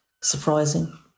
Surprising